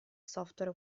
software